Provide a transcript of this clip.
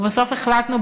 ובסוף החלטנו,